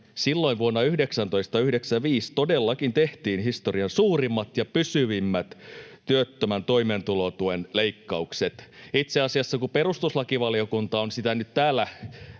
silloin vuonna 1995 todellakin tehtiin historian suurimmat ja pysyvimmät työttömän toimeentulotuen leikkaukset. Itse asiassa kun perustuslakivaliokunta on sitä nyt täällä